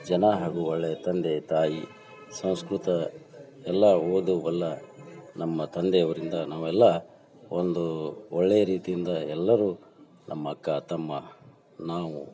ಜನ ಹಾಗೂ ಒಳ್ಳೆಯ ತಂದೆ ತಾಯಿ ಸಂಸ್ಕೃತ ಎಲ್ಲ ಓದು ಬಲ್ಲ ನಮ್ಮ ತಂದೆಯವರಿಂದ ನಾವೆಲ್ಲ ಒಂದು ಒಳ್ಳೆಯ ರೀತಿಯಿಂದ ಎಲ್ಲರೂ ನಮ್ಮ ಅಕ್ಕ ತಮ್ಮ ನಾವು